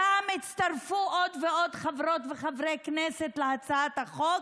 הפעם הצטרפו עוד ועוד חברות וחברי כנסת להצעת החוק,